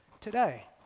today